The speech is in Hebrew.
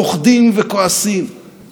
חברת הכנסת זועבי לא נמצאת פה היום,